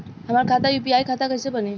हमार खाता यू.पी.आई खाता कइसे बनी?